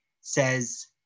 says